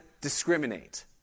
discriminate